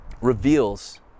reveals